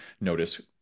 notice